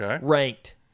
ranked